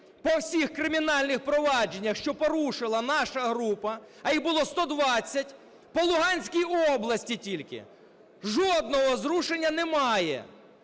По всіх кримінальних провадженнях, що порушила наша група, а їх було 120 по Луганській області тільки – жодного зрушення немає.